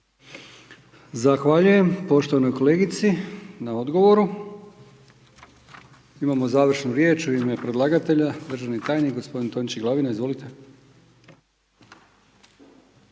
Zahvaljujem poštovanoj kolegici na odgovoru. Imamo završnu riječ…/Govornik se ne razumije/… u ime predlagatelja, državni tajnik gospodin Tonči Glavina. Izvolite.